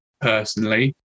personally